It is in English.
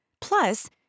Plus